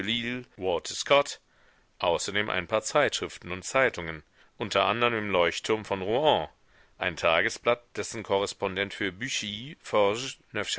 außerdem ein paar zeitschriften und zeitungen unter andern den leuchtturm von rouen ein tagesblatt dessen korrespondent für